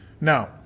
Now